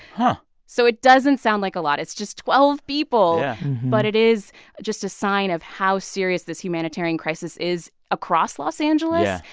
but so it doesn't sound like a lot. it's just twelve people yeah but it is just a sign of how serious this humanitarian crisis is across los angeles. yeah.